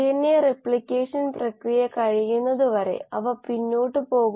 r3 എന്ന നിരക്കിൽ Aൽ നിന്നും C ലേക്ക് പരിവർത്തനം ചെയ്യപ്പെടുന്നു അതും പുറത്ത് വരുന്നു